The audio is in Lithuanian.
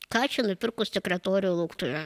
ką čia nupirkus sekretorei lauktuvių